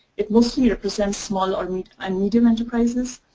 it mostly represents small or i mean um medium enterprises.